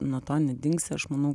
nuo to nedingsi aš manau